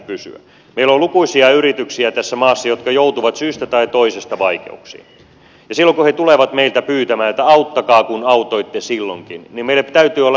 meillä on lukuisia yrityksiä tässä maassa jotka joutuvat syystä tai toisesta vaikeuksiin ja silloin kun ne tulevat meiltä pyytämään että auttakaa kun autoitte silloinkin niin meillä täytyy olla linja kirkas